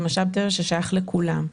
זה משאב טבע ששייך לכולם.